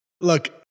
Look